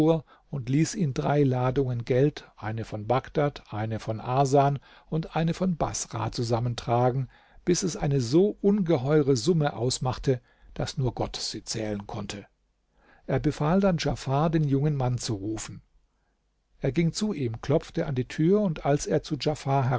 und ließ ihn drei ladungen geld eine von bagdad eine von arsan und eine von baßrah zusammentragen bis es eine so ungeheure summe ausmachte daß nur gott sie zählen konnte er befahl dann djafar den jungen mann zu rufen er ging zu ihm klopfte an der tür und als er zu